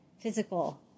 Physical